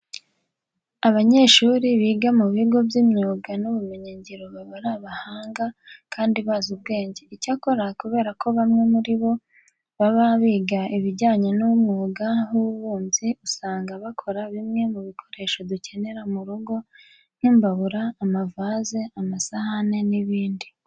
Abanyeshuri biga mu bigo by'imyuga n'ubumenyingiro baba ari abahanga kandi bazi ubwenge. Icyakora kubera ko muri bo harimo ababa biga ibijyanye n'umwuga w'ububumbyi, usanga bakora bimwe mu bikoresho dukenera mu rugo nk'imbabura, amavaze, amasahane n'ibindi.